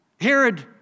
Herod